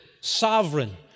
sovereign